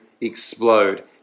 explode